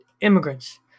immigrants